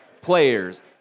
players